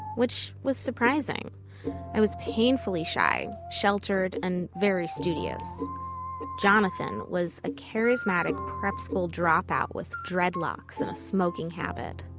which was surprising i was painfully shy, sheltered, and very studious jonathan was a charismatic prep school dropout with dreadlocks and a smoking habit.